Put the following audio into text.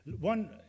One